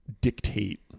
dictate